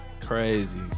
Crazy